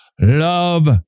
Love